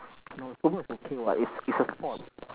no football is okay [what] it's it's a sports